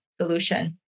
solution